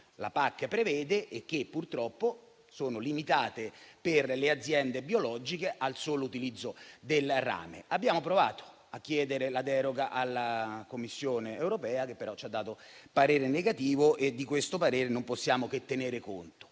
la PAC prevede e che purtroppo sono limitate per le aziende biologiche al solo utilizzo del rame. Abbiamo provato a chiedere la deroga alla Commissione europea, che però ci ha dato parere negativo e di questo non possiamo che tenere conto.